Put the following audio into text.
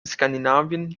skandinavien